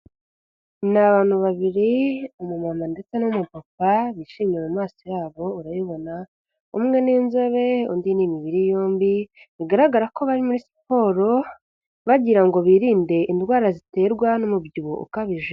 Ni abantu babiri, umumama ndetse n'umupapa bishimye mu maso yabo urabibona, umwe n'inzobe, undi ni imibiri yombi, bigaragara ko bari muri siporo bagirango ngo birinde indwara ziterwa n'umubyibuho ukabije.